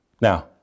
Now